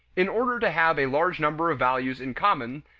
in order to have a large number of values in common,